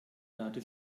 erde